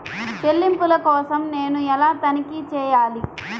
చెల్లింపుల కోసం నేను ఎలా తనిఖీ చేయాలి?